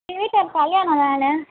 எங்கள் வீட்டில் ஒரு கல்யாணம் அதனால்